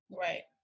Right